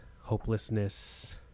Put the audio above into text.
hopelessness